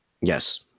Yes